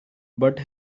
but